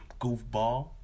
goofball